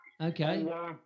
Okay